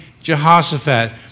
Jehoshaphat